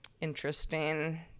interesting